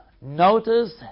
Notice